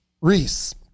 Reese